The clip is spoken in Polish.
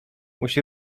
musi